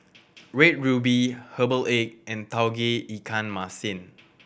Red Ruby herbal egg and Tauge Ikan Masin